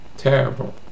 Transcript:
terrible